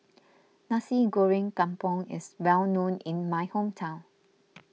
Nasi Goreng Kampung is well known in my hometown